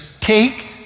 take